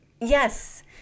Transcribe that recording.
Yes